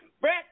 Brett